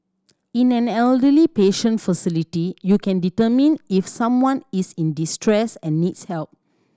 in an elderly patient facility you can determine if someone is in distress and needs help